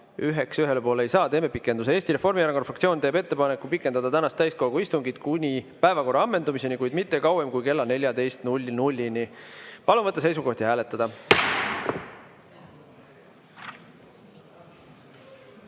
üheks ühele poole ei saa. Teeme pikenduse. Eesti Reformierakonna fraktsioon teeb ettepaneku pikendada tänast täiskogu istungit kuni päevakorra ammendumiseni, kuid mitte kauem kui kella 14-ni. Palun võtta seisukoht ja hääletada!